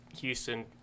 Houston